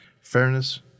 Fairness